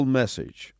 message